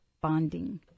Bonding